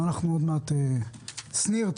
שניר,